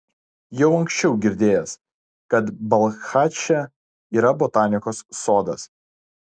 jau anksčiau girdėjęs kad balchaše yra botanikos sodas